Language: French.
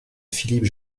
philippe